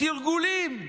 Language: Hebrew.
תרגולים.